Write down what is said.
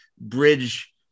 bridge